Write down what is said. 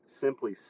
simply